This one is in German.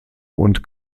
und